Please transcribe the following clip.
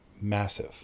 massive